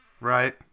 Right